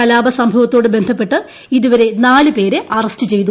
കലാപ സംഭവത്തോട് ബന്ധപ്പെട്ട് ഇതുവരെ നാല് പേരെ അറസ്റ്റു ചെയ്തു